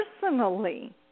personally